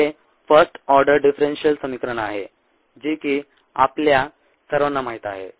हे first order differential समीकरण आहे जे की आपल्या सर्वांना माहीत आहे